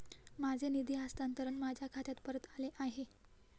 माझे निधी हस्तांतरण माझ्या खात्यात परत आले आहे